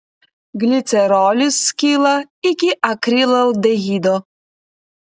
glicerolis skyla iki akrilaldehido